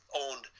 owned